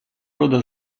рода